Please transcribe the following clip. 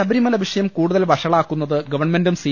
ശബരിമല വിഷയം കൂടുതൽ വഷളാക്കുന്നത് ഗവൺമെന്റും സി